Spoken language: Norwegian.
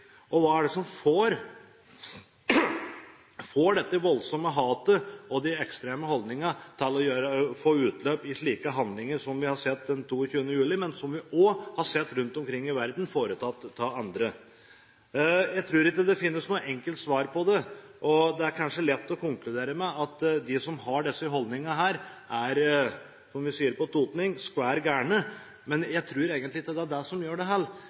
Hva er det som får dette voldsomme hatet og de ekstreme holdningene til å få utløp i slike handlinger som vi så den 22. juli, men som vi også har sett har blitt foretatt av andre rundt omkring i verden? Jeg tror ikke det finnes noe enkelt svar på det. Det er kanskje lett å konkludere med at de som har disse holdningene, er, som vi sier på totning «skvær gærne», men jeg tror egentlig ikke det er det som gjør det